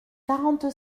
quarante